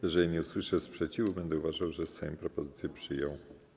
Jeżeli nie usłyszę sprzeciwu, będę uważał, że Sejm propozycję przyjął.